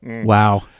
Wow